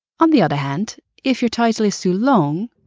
on the other hand, if your title is too long,